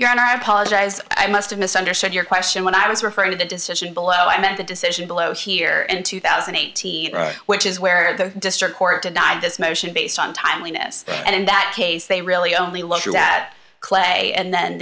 you're on i apologize i must have misunderstood your question when i was referring to the decision below i meant the decision below here in two thousand and eighty which is where the district court denied this motion based on timeliness and in that case they really only looked at clay and then